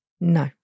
No